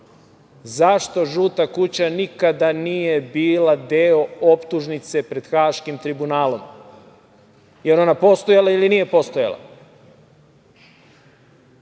Zašto „žuta kuća“ nikada nije bila deo optužnice pred Haškim tribunalom? Da li je ona postojala ili nije postojala,